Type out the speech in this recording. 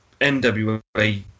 NWA